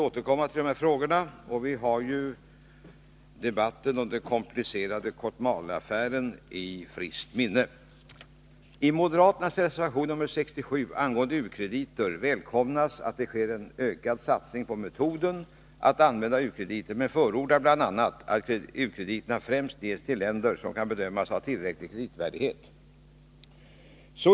Vi har ju debatten om den komplicerade Kotmaleaffären i färskt minne. I moderaternas reservation 67 angående u-krediter välkomnas en ökad satsning på metoden att använda u-krediter men förordas ”att u-krediter främst ges till länder som kan bedömas ha tillräcklig kreditvärdighet”.